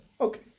Okay